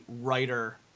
writer